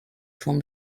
from